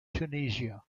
tunisia